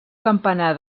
campanar